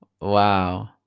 Wow